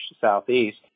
Southeast